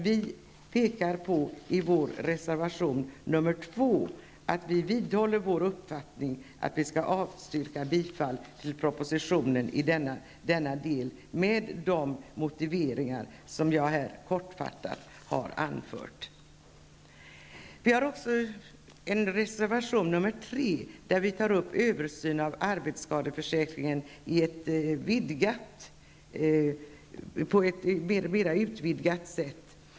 Vi påpekar i reservation 2 att vi vidhåller vår uppfattning om att vi skall avstyrka propositionen i denna del, med de motiveringar som jag här kort har anfört. I reservation 3 tar vi upp översynen av arbetsskadeförsäkringen på ett mera utvidgat sätt.